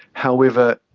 however,